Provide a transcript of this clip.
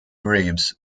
grapes